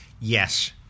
Yes